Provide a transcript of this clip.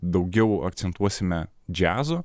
daugiau akcentuosime džiazo